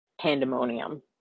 pandemonium